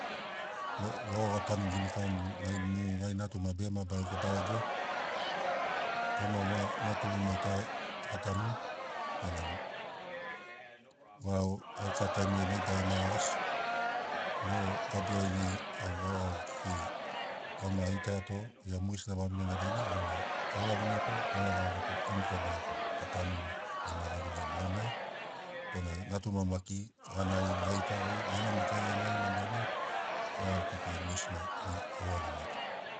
Lo- logo ga tanuginikauni ma- mu gai natuma begema baregobarego toma va ma natuma ga tanuni benamo varau gauka taimiriai mai bagama ragasi mo gabuai dainai au garagogu kekei auna a gitaiato gia mogesi vavine dainai auna a uraviniato gave garagoto ini toma ga tanuni gema vanuga nuganai bona natuma maki ga naririni ga gitagaurini gia na maki gai e narimani dainai garagogu kekei mogesina dainai a ura viniato